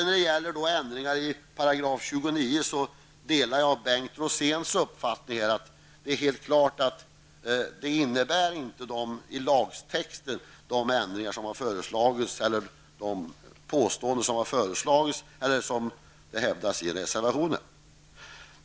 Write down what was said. När det gäller ändringar i 29 § delar jag Bengt Roséns uppfattning att det är helt klart att de påståenden som görs i reservation 3 inte har täckning i lagtexten.